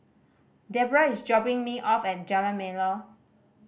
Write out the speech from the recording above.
Debra is dropping me off at Jalan Melor